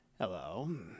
Hello